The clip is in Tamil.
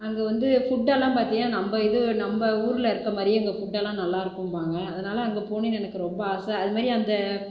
அங்கே வந்து ஃபுட்டெல்லாம் பார்த்தீங்கன்னா நம்ம இது நம்ம ஊரில் இருக்க மாதிரியே அங்கே ஃபுட்டெல்லாம் நல்லாயிருக்கும்பாங்க அதனால் அங்கே போகணும்னு எனக்கு ரொம்ப ஆசை அதுமாதிரி அந்த